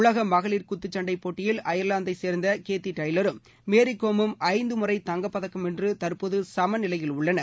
உலக மகளிர் குத்துசண்டை போட்டியில் ஐயர்லாந்தை சேர்ந்த கேதி டெய்லரும் மேரிகோமும் ஐந்து முறை தங்கப் பதக்கம் வென்று தற்போது சமநிலையில் உள்ளனர்